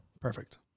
Perfect